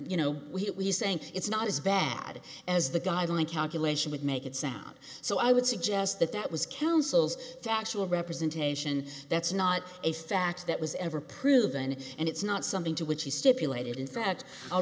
you know we are saying it's not as bad as the guideline calculation would make it sound so i would suggest that that was counsel's factual representation that's not a fact that was ever proven and it's not something to which he stipulated in fact i'll